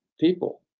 people